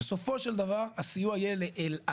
בסופו של דבר הסיוע יהיה לאל על.